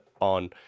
on